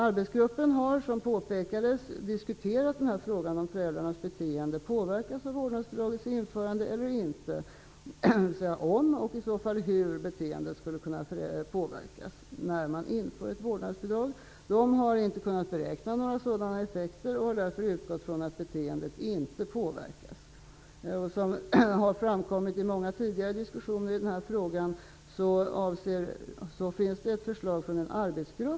Arbetsgruppen har, som påpekades, diskuterat frågan om huruvida föräldrarnas beteende påverkas av vårdnadsbidragets införande eller inte, dvs. om, och i så fall hur, beteende skulle kunna påverkas när man inför ett vårdnadsbidrag. De har inte kunnat beräkna några sådana effekter och har därför utgått från att beteendet inte påverkas. Som har framkommit i många tidigare diskussioner i den här frågan finns det ett förslag från en arbetsgrupp.